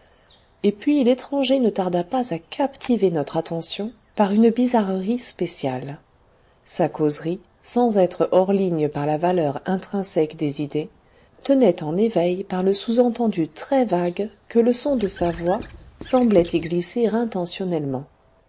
et puis l'étranger ne tarda pas à captiver notre attention par une bizarrerie spéciale sa causerie sans être hors ligne par la valeur intrinsèque des idées tenait en éveil par le sous-entendu très vague que le son de sa voix semblait y glisser intentionnellement